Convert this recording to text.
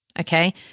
Okay